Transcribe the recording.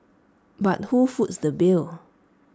but who foots the bill